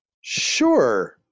Sure